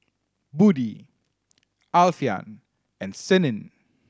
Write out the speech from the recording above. Budi Alfian and Senin